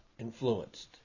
influenced